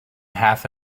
half